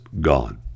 gone